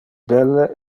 belle